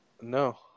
No